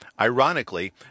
Ironically –